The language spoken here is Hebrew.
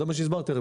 זה מה שהסברתי להם.